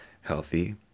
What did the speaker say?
healthy